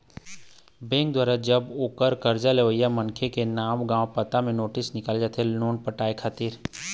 bank दुवारा जब ओ करजा लेवइया मनखे के नांव गाँव पता म नोटिस निकाले जाथे लोन पटाय खातिर